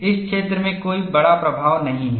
इस क्षेत्र में कोई बड़ा प्रभाव नहीं है